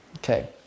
Okay